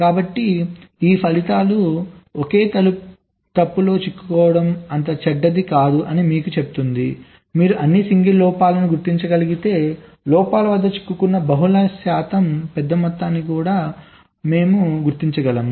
కాబట్టి ఈ ఫలితాలు ఒకే తప్పులో చిక్కుకోవడం అంత చెడ్డది కాదని మీకు చెప్తుంది మీరు అన్ని సింగిల్ లోపాలను గుర్తించగలిగితే లోపాల వద్ద చిక్కుకున్న బహుళ శాతం పెద్ద మొత్తాన్ని కూడా మేము గుర్తించగలము